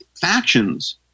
factions